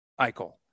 Eichel